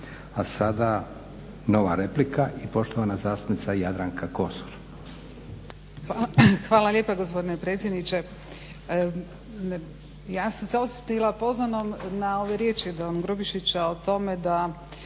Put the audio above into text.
A sada nova replika i poštovana zastupnica Jadranka Kosor.